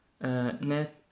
net